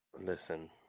Listen